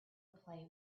play